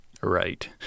right